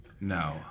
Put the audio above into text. no